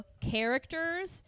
characters